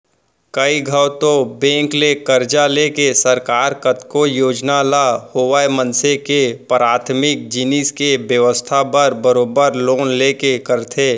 कइ घौं तो बेंक ले करजा लेके सरकार कतको योजना ल होवय मनसे के पराथमिक जिनिस के बेवस्था बर बरोबर लोन लेके करथे